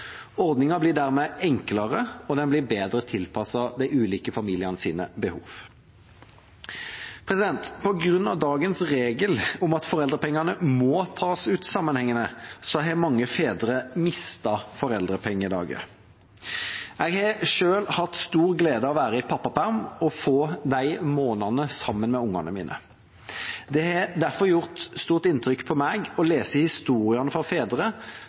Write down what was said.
blir dermed enklere, og den blir bedre tilpasset de ulike familienes behov. På grunn av dagens regel om at foreldrepengene må tas ut sammenhengende, har mange fedre mistet foreldrepengedager. Jeg har selv hatt stor glede av å være i pappaperm og få de månedene sammen med ungene mine. Det har derfor gjort stort inntrykk på meg å lese historiene fra fedre